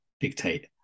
dictate